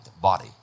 body